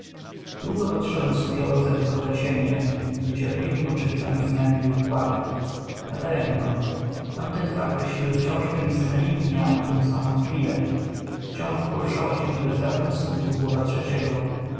długo patrzyłem osłupiały w zagadkowe cienie w niecierpliwem oczekiwaniu zmiany w ich układzie nadaremno tamte dwa kreśliły wciąż temi samemi liniami tę samą chwilę wciąż poruszała się w bezradnym smutku głowa trzeciego